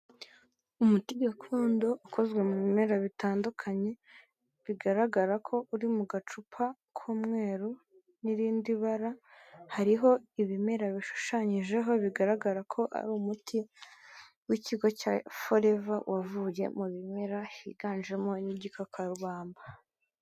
Umuti gakondo ukozwe mu bimera bitandukanye, bigaragara ko uri mu gacupa k'umweru n'irindi bara, hariho ibimera bishushanyijeho bigaragara ko ari umuti w'ikigo cya Forever, wavuye mu bimera higanjemo n'igikakarubamba.